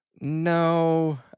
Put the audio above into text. No